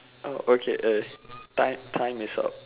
oh okay uh time time is up